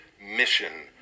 mission